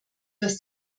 was